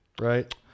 right